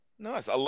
Nice